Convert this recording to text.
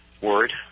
Word